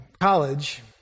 college